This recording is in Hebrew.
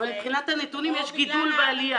אבל מבחינת הנתונים יש גידול בעלייה.